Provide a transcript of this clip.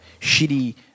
shitty